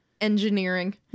engineering